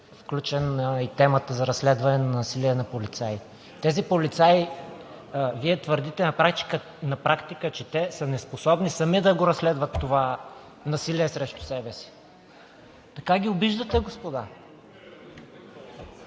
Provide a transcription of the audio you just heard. включена и темата за разследване на насилие над полицаи. За тези полицаи Вие твърдите на практика, че те са неспособни сами да разследват това насилие срещу себе си. Така ги обиждате, господа!